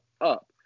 up